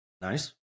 Nice